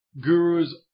gurus